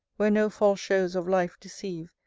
where no false shows of life deceive,